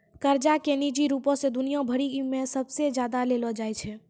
कर्जा के निजी रूपो से दुनिया भरि मे सबसे ज्यादा लेलो जाय छै